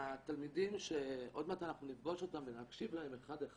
נפעמתי מהתלמידים שעוד מעט אנחנו נפגוש אותם ונקשיב להם אחד אחד,